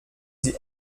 sie